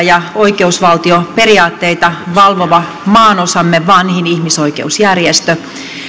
ja oikeusvaltioperiaatteita valvova maanosamme vanhin ihmisoikeusjärjestö